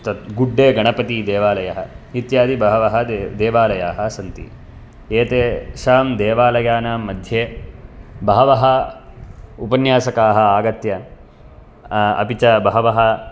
तद् गुड्डे गणपतिदेवालयः इत्यादि बहवः दे देवालयाः सन्ति एतेषां देवालयानां मध्ये बहवः उपन्यासकाः आगत्य अपि च बहवः